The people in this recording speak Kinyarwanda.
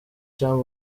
cyangwa